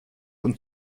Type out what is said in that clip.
und